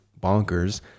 bonkers